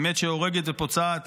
אמת שהורגת ופוצעת,